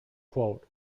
quote